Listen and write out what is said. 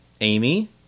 Amy